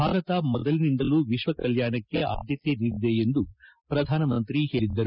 ಭಾರತ ಮೊದಲಿನಿಂದಲೂ ವಿಶ್ವ ಕಲ್ಯಾಣಕ್ಕೆ ಆದ್ಯತೆ ನೀಡಿದೆ ಎಂದು ಪ್ರಧಾನಮಂತ್ರಿ ಹೇಳಿದರು